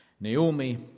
Naomi